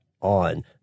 on